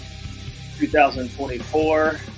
2024